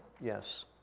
Yes